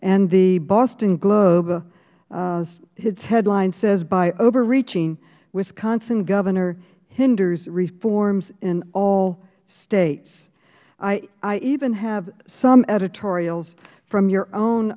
and the boston globe its headline says by overreaching wisconsin governor hinders reforms in all states i even have some editorials from your own